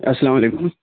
السلام علیکم